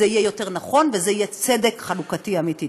זה יהיה יותר נכון, וזה יהיה צדק חלוקתי אמיתי.